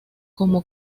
como